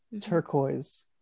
Turquoise